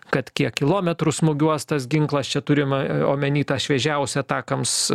kad kiek kilometrų smūgiuos tas ginklas čia turima omeny tą šviežiausią takams